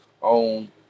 on